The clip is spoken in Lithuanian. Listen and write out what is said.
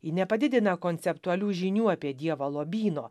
ji nepadidina konceptualių žinių apie dievą lobyno